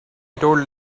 told